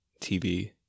TV